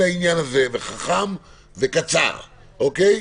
חכם וקצר לעניין הזה.